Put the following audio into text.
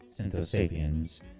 synthosapiens